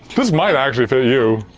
this might actually fit you.